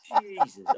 Jesus